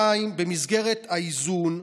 2. במסגרת האיזון,